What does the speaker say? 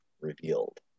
Revealed